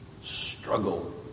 struggle